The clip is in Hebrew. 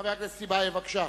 חבר הכנסת טיבייב, בבקשה.